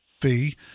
fee